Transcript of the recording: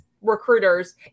recruiters